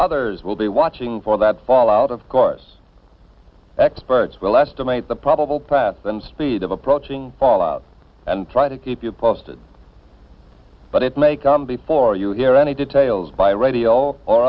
others will be watching for that fallout of course experts will estimate the probable path and speed of approaching fall out and try to keep you posted but it may come before you hear any details by radio or